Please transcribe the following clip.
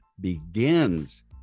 begins